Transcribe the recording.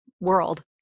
world